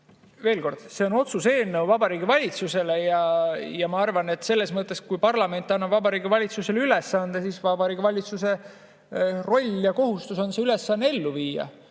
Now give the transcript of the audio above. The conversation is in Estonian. Veel kord, see on otsuse eelnõu Vabariigi Valitsusele ja ma arvan, et selles mõttes, kui parlament annab Vabariigi Valitsusele ülesande, siis Vabariigi Valitsuse roll ja kohustus on see ülesanne ellu viia.